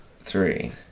three